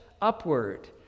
upward